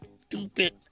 stupid